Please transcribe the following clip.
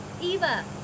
Eva